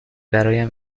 برایم